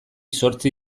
zortzi